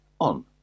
on